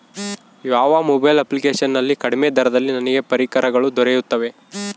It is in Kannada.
ಯಾವ ಮೊಬೈಲ್ ಅಪ್ಲಿಕೇಶನ್ ನಲ್ಲಿ ಕಡಿಮೆ ದರದಲ್ಲಿ ನನಗೆ ಪರಿಕರಗಳು ದೊರೆಯುತ್ತವೆ?